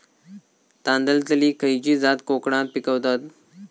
तांदलतली खयची जात कोकणात पिकवतत?